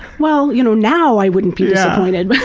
well you know now i wouldn't be disappointed,